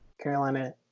Carolina